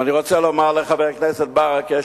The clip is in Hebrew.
ואני רוצה לומר לחבר הכנסת ברכה,